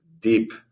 deep